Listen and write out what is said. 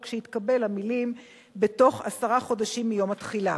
שהתקבל המלים "בתוך עשרה חודשים מיום התחילה".